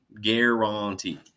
guarantee